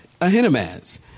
Ahinamaz